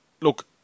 look